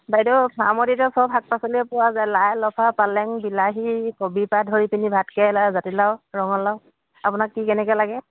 বাইদেউ ফাৰ্মত এতিয়া চব শাক পাচলিয়েই পোৱা যায় লাই লফা পালেং বিলাহী কবিৰ পৰা ধৰিপিনি ভাট কেৰেলা জাতিলাও ৰঙালাও আপোনাক কি কেনেকৈ লাগে